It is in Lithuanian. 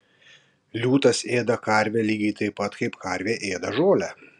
liūtas ėda karvę lygiai taip pat kaip karvė ėda žolę